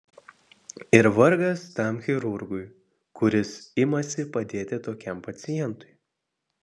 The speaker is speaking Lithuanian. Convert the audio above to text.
ir vargas tam chirurgui kuris imasi padėti tokiam pacientui